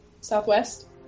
southwest